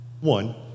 One